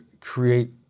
create